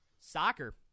Soccer